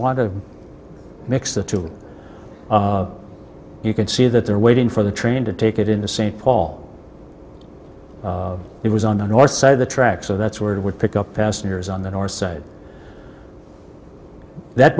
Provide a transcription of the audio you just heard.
want to mix the two you can see that they're waiting for the train to take it into st paul it was on the north side of the track so that's where it would pick up passengers on the north side that